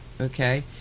okay